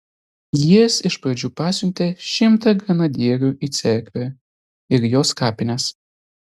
jis iš pradžių pasiuntė šimtą grenadierių į cerkvę ir jos kapines